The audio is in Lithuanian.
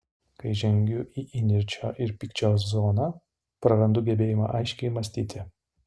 kai žengiu į įniršio ir pykčio zoną prarandu gebėjimą aiškiai mąstyti